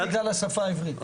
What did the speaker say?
בעיקר בגלל השפה העברית.